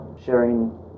sharing